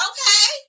Okay